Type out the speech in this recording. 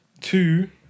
Two